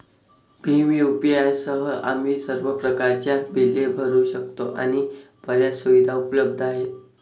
Bhim UPI सह, आम्ही सर्व प्रकारच्या बिले भरू शकतो आणि बर्याच सुविधा उपलब्ध आहेत